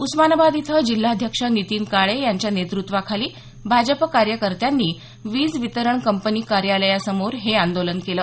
उस्मानाबाद इथं जिल्हाध्यक्ष नितीन काळे यांच्या नेतृत्वाखाली भाजप कार्यकर्त्यांनी वीज वितरण कंपनी कार्यालयासमोर हे आंदोलन केलं